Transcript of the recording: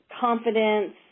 confidence